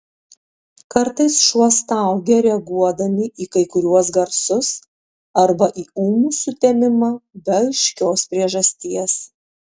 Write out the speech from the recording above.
kartais šuo staugia reaguodami į kai kuriuos garsus arba į ūmų sutemimą be aiškios priežasties